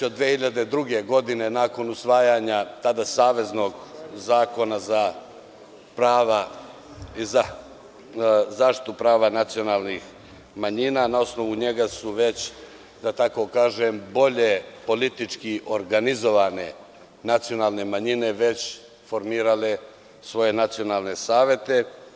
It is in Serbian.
Od 2002. godine nakon usvajanja tada Saveznog zakona za zaštitu prava nacionalnih manjina, na osnovu njega su bolje politički organizovane nacionalne manjine već formirale svoje nacionalne savete.